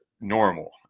normal